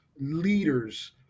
leaders